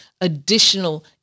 additional